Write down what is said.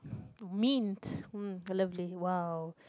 mint hmm I love mint !wow!